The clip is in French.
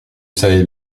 savais